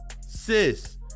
Sis